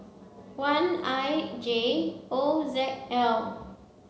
one I J O Z L